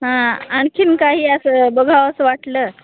हा आणखीन काही असं बघावसं वाटलं